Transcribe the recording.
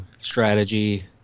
strategy